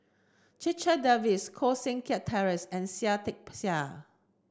Checha Davies Koh Seng Kiat Terence and Seah Peck Seah